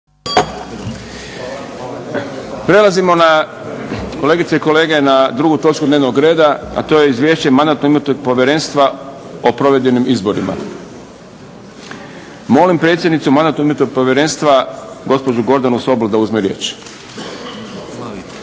kolege, na drugu točku dnevnog reda, a to je 2. Izvješće Mandatno-imunitetnog povjerenstva o provedenim izborima Molim predsjednicu Mandatno-imunitetnog povjerenstva gospođu Gordanu Sobol da uzme riječ. **Sobol,